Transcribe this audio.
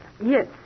Yes